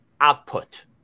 output